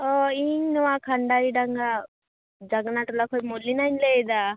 ᱚ ᱤᱧ ᱱᱚᱣᱟ ᱠᱷᱟᱱᱫᱟᱨ ᱰᱟᱝᱜᱟ ᱡᱟᱜᱽᱱᱟ ᱴᱚᱞᱟ ᱠᱷᱚᱡ ᱢᱩᱞᱤᱱᱟᱧ ᱞᱟ ᱭᱮᱫᱟ